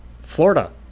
Florida